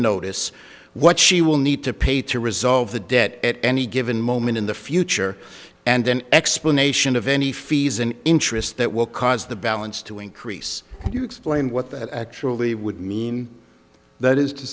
notice what she will need to pay to resolve the debt at any given moment in the future and an explanation of any fees and interest that will cause the balance to increase and you explain what that actually would mean that is to